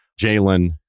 Jalen